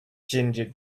ginger